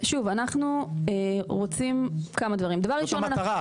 הרי זאת המטרה.